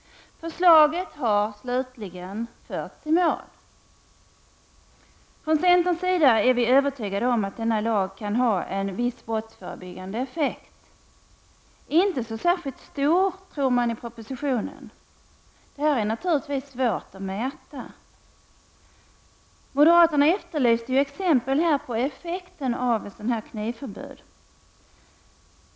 Förslaget har äntligen förts i mål. Vi i centern är övertygade om att denna lag kan få en viss brottsförebyggande effekt. I propositionen tror man att den inte blir särskilt stor. Det är naturligtvis svårt att mäta. Moderaterna efterlyser exempel på effekterna av ett knivförbud på allmän plats.